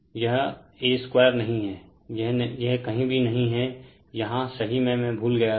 तो यह a 2 नहीं है यह कहीं भी नहीं है यहाँ सही है मैं भूल गया था